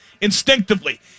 Instinctively